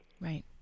right